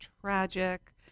tragic